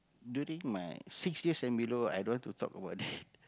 during my six years and below i don't want to talk about that